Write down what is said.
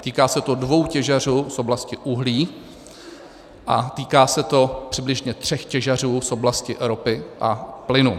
Týká se to dvou těžařů z oblasti uhlí a týká se to přibližně tří těžařů z oblasti ropy a plynu.